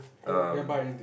oh did I buy anything